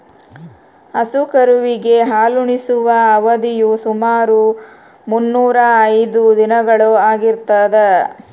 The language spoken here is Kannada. ಹಸು ಕರುವಿಗೆ ಹಾಲುಣಿಸುವ ಅವಧಿಯು ಸುಮಾರು ಮುನ್ನೂರಾ ಐದು ದಿನಗಳು ಆಗಿರ್ತದ